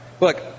Look